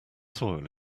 soil